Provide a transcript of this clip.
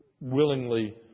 willingly